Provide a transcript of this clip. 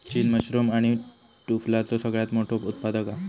चीन मशरूम आणि टुफलाचो सगळ्यात मोठो उत्पादक हा